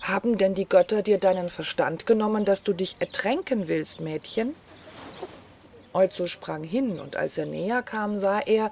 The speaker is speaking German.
haben denn die götter dir deinen verstand genommen weil du dich ertränken willst mädchen oizo sprang hin und als er näher kam sah er